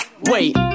Wait